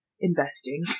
investing